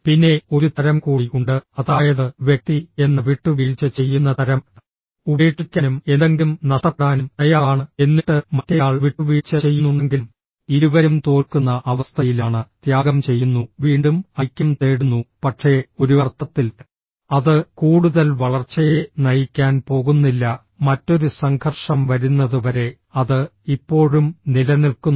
പിന്നെ ഒരു തരം കൂടി ഉണ്ട് അതായത് വ്യക്തി എന്ന വിട്ടുവീഴ്ച ചെയ്യുന്ന തരം ഉപേക്ഷിക്കാനും എന്തെങ്കിലും നഷ്ടപ്പെടാനും തയ്യാറാണ് എന്നിട്ട് മറ്റേയാൾ വിട്ടുവീഴ്ച ചെയ്യുന്നുണ്ടെങ്കിലും ഇരുവരും തോൽക്കുന്ന അവസ്ഥയിലാണ് ത്യാഗം ചെയ്യുന്നു വീണ്ടും ഐക്യം തേടുന്നു പക്ഷേ ഒരു അർത്ഥത്തിൽ അത് കൂടുതൽ വളർച്ചയെ നയിക്കാൻ പോകുന്നില്ല മറ്റൊരു സംഘർഷം വരുന്നത് വരെ അത് ഇപ്പോഴും നിലനിൽക്കുന്നു